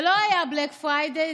זה לא היה בלאק פריידיי,